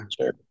sure